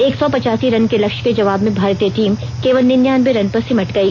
एक सौ पचासी रन के लक्ष्य के जवाब में भारतीय टीम केवल निन्यानबे रन पर सिमट गई